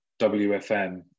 WFM